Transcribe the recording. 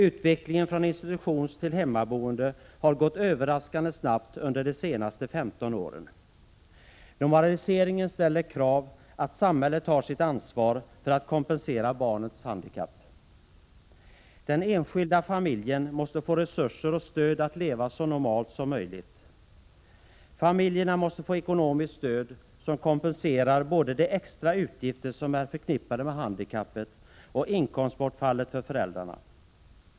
Utvecklingen från institutionstill hemmaboende har gått överraskande snabbt under de senaste 15 åren. Normaliseringen ställer kravet att samhället tar sitt ansvar för att kompensera barnets handikapp. Den enskilda familjen måste få resurser och stöd att leva så normalt som möjligt. Familjerna måste få ekonomiskt stöd, som kompenserar både de extra utgifter som är förknippade med handikappet och inkomstbortfall för föräldrarna.